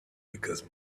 because